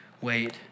wait